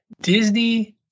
Disney